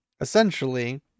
essentially